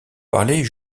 parlait